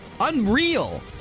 unreal